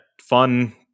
fun